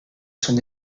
son